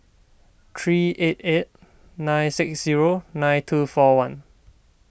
three eight eight nine six zero nine two four one